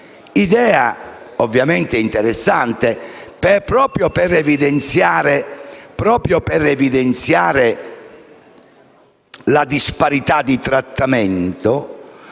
idea ovviamente interessante, proprio per evidenziare la disparità di trattamento